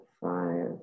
five